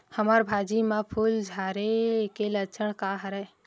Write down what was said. हमर भाजी म फूल झारे के लक्षण का हरय?